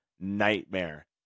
nightmare